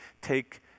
take